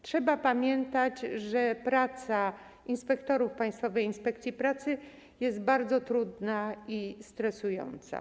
Trzeba pamiętać, że praca inspektorów Państwowej Inspekcji Pracy jest bardzo trudna i stresująca.